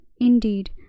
Indeed